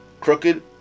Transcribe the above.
crooked